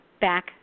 back